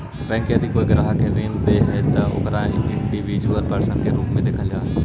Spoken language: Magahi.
बैंक यदि कोई ग्राहक के ऋण दे हइ त ओकरा इंडिविजुअल पर्सन के रूप में देखल जा हइ